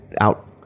out